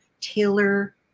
tailor